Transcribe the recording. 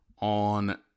on